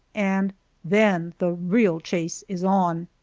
and then the real chase is on.